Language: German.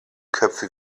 köpfe